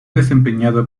desempeñado